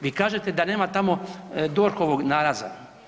Vi kažete da nema tamo DORH-ovog nalaza.